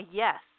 yes